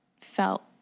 felt